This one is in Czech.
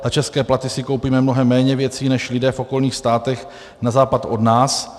Za české platy si koupíme mnohem méně věcí než lidé v okolních státech na západ od nás.